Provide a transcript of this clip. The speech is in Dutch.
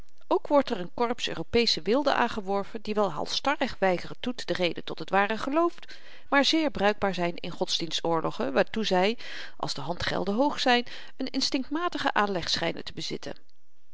ook wordt er n korps europeesche wilden aangeworven die wel halsstarrig weigeren toetetreden tot het ware geloof maar zeer bruikbaaar zyn in godsdienst oorlogen waartoe zy als de handgelden hoog zyn n instinktmatigen aanleg schynen te bezitten